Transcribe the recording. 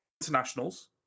Internationals